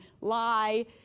lie